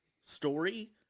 story